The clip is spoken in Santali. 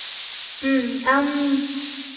ᱦᱮᱸ ᱟᱢ